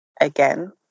again